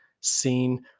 seen